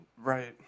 Right